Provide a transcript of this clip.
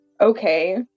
okay